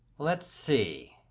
let's see?